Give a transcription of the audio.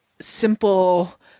simple